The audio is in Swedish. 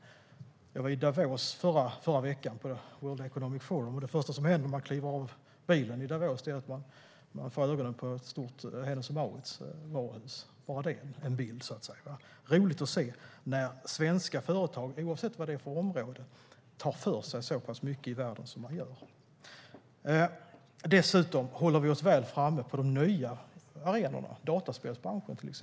Jag var i Davos förra veckan på World Economic Forum, och det första som händer när jag kliver ur bilen i Davos är att jag får syn på ett stort H&M-varuhus. Bara det ger en bild. Det är roligt att se att svenska företag, oavsett område, tar för sig så pass mycket i världen som de gör. Dessutom håller vi oss väl framme på de nya arenorna, till exempel inom dataspelsbranschen.